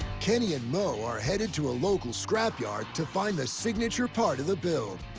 kenny and moe are headed to a local scrapyard to find the signature part of the build,